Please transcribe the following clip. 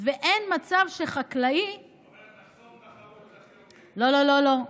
אין מצב שחקלאי, לא, לא, לא.